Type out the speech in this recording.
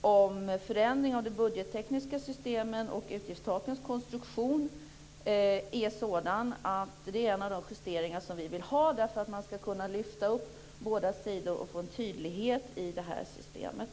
om en förändring av de budgettekniska systemen och utgiftstakens konstruktion är sådan att detta är en av de justeringar som vi vill ha. Man ska nämligen kunna lyfta upp båda sidor och få tydlighet i det här systemet.